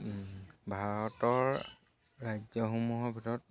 ভাৰতৰ ৰাজ্যসমূহৰ ভিতৰত